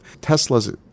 Tesla's